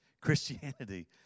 Christianity